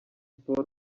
sports